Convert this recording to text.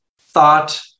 thought